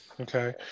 Okay